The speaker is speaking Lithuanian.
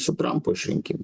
su trampo išrinkimu